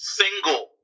single